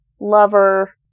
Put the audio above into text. lover